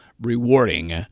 rewarding